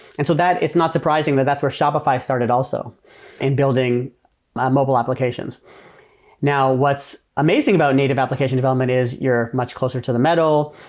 and so it's not surprising that that's where shopify started also in building mobile applications now, what's amazing about native application development is you're much closer to the metal.